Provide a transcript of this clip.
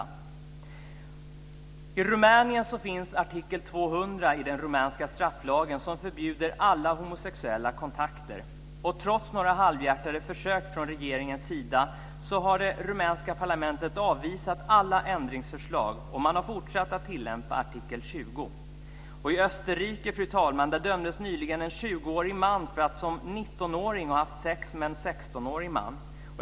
I den rumänska strafflagen finns artikel 200 som förbjuder alla homosexuella kontakter. Trots några halvhjärtade försök från regeringens sida har det rumänska parlamentet avvisat alla ändringsförslag, och man har fortsatt att tillämpa artikel 200. I Österrike, fru talman, dömdes nyligen en 20-årig man för att som 19-åring ha haft sex med en 16-årig man.